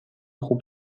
خوب